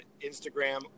Instagram